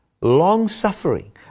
long-suffering